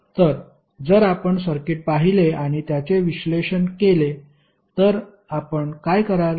तर जर आपण सर्किट पाहिले आणि त्याचे विश्लेषण केले तर आपण काय कराल